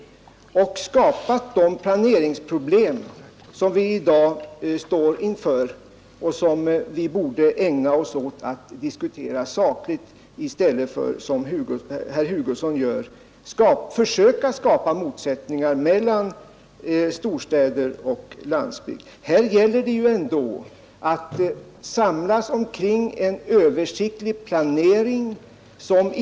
De har oci skapat de planeringsproblem som vi i dag brottas med och som vi här borde diskutera sakligt i stället för att försöka skapa motsättningar mellan storstäder och landsbygd, som herr Hugosson med sitt inlägg förefaller sträva mot.